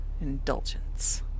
indulgence